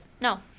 No